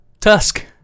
Tusk